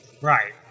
Right